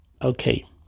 Okay